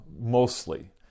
mostly